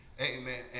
Amen